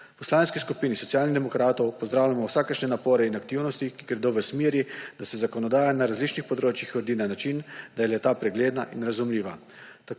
V Poslanski skupini Socialnih demokratov pozdravljamo vsakršne napore in aktivnosti, ki gredo v smeri, da se zakonodaja na različnih področjih uredi na način, da je le-ta pregledna in razumljiva.